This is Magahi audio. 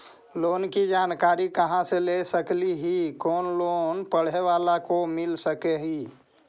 लोन की जानकारी कहा से ले सकली ही, कोन लोन पढ़े बाला को मिल सके ही?